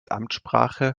amtssprache